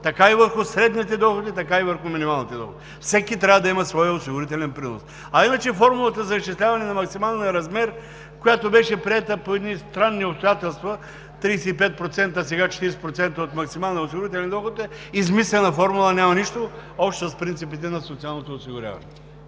така и върху средните доходи, така и върху минималните доходи. Всеки трябва да има своя осигурителен принос. А иначе формулата за изчисляване на максималния размер, която беше приета при едни странни обстоятелства – 35%, а сега 40% от максималния осигурителен доход, е измислена формула и няма нищо общо с принципите на социалното осигуряване.